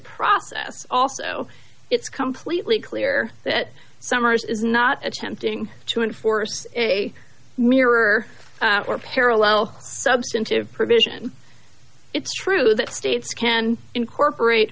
process also it's completely clear that summers is not attempting to enforce a mirror or parallel substantive provision it's true that states can incorporate